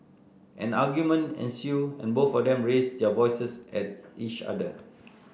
an argument ensued and both of them raised their voices at each other